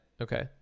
Okay